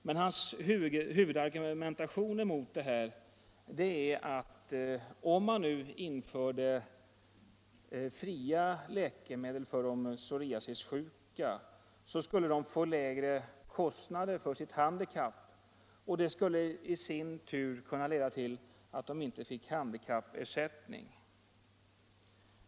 Men hans huvudargumentation är att om man införde fria läkemedel för de psoriasissjuka, så skulle de få lägre kostnader för sitt handikapp, och det skulle i sin tur kunna leda till att de inte fick handikappersättning.